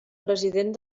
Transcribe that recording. president